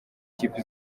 kipe